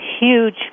huge